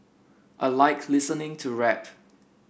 I like listening to rap